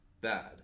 bad